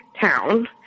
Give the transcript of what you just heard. town